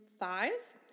thighs